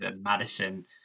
Madison